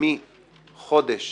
מחודש